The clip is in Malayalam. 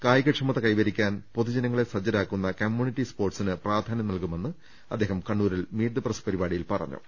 കായികക്ഷമത കൈവരി ക്കാൻ പൊതുജനങ്ങളെ സജ്ജരാക്കുന്ന കമ്മ്യൂണിറ്റി സ്പോർട്സിന് പ്രാധാന്യം നൽകുമെന്നും അദ്ദേഹം കണ്ണൂരിൽ മീറ്റ് ദ പ്രസ് പരിപാടിയിൽ പറഞ്ഞു